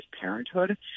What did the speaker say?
Parenthood